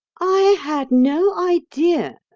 i had no idea,